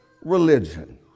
religion